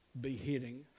beheading